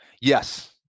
Yes